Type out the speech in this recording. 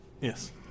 Yes